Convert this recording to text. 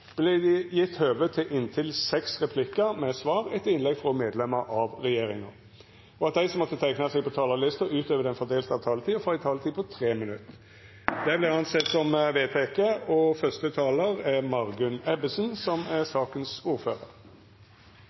blir gitt anledning til inntil seks replikker med svar etter innlegg fra medlemmer av regjeringen, og at de som måtte tegne seg på talerlisten utover den fordelte taletid, får en taletid på inntil 3 minutter. – Det anses vedtatt. I komitéinnstillingen til representantforslaget som